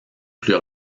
plus